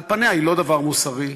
על פניה, היא לא דבר מוסרי.